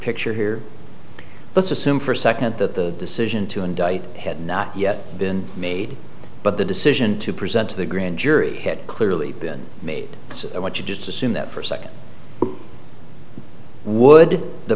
picture here let's assume for a second that the decision to indict had not yet been made but the decision to present to the grand jury had clearly been made that's what you just assume that person would the